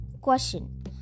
question